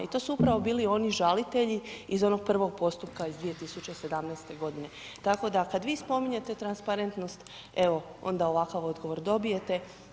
I to su upravo bili oni žalitelji iz onog prvog postupka iz 2017. g. tako da kad vi spominjete transparentnost, evo onda ovakav odgovor dobijete.